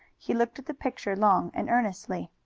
he looked at the picture long and earnestly.